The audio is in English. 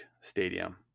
stadium